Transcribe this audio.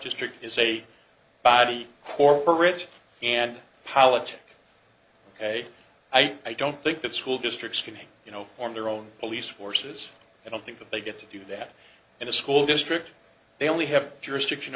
district is a body who are rich and politic ok i don't think that school districts can you know form their own police forces i don't think that they get to do that in a school district they only have jurisdiction